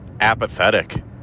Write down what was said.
apathetic